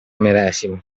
medesima